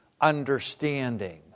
understanding